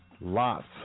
lots